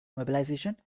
mobilization